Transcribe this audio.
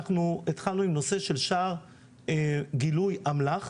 אנחנו התחלנו עם נושא של שער גילוי אמל"ח.